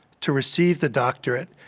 to receive the doctorate,